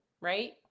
right